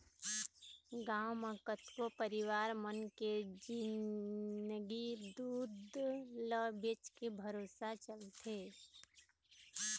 गांव म कतको परिवार मन के जिंनगी दूद ल बेचके भरोसा चलथे